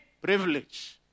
privilege